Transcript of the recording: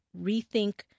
rethink